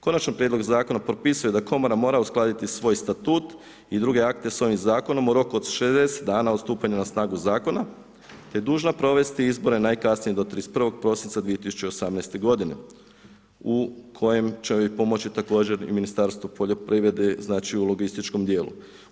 Konačan prijedlog zakona propisuje da komora mora uskladiti svoj statut i druge akte s ovim zakonom u roku od 60 dana od stupanja na snagu zakona te dužna provesti izbore najkasnije do 31. prosinca 2018. godine u kojem će joj i pomoći također i Ministarstvo poljoprivrede, znači u logističkom dijelu.